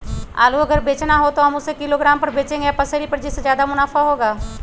आलू अगर बेचना हो तो हम उससे किलोग्राम पर बचेंगे या पसेरी पर जिससे ज्यादा मुनाफा होगा?